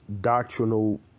doctrinal